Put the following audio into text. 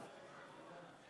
להלן תוצאות